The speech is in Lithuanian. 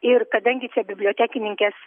ir kadangi čia bibliotekininkės